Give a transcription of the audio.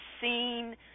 seen